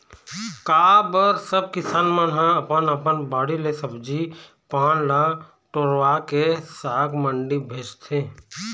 का बर सब किसान मन ह अपन अपन बाड़ी ले सब्जी पान ल टोरवाके साग मंडी भेजथे